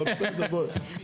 אבל בסדר, בואי.